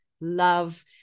love